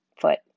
foot